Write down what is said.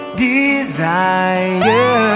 desire